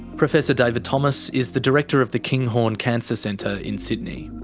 professor david thomas is the director of the kinghorn cancer centre in sydney.